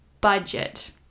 budget